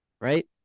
right